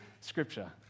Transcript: Scripture